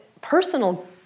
personal